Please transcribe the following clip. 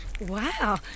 Wow